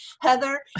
Heather